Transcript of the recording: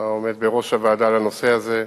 אתה עומד בראש הוועדה לנושא הזה.